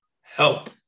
help